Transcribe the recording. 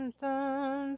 dun